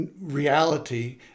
reality